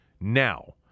now